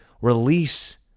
release